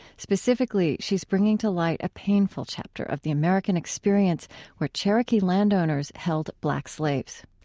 specifically, she's bringing to light a painful chapter of the american experience where cherokee landowners held black slaves.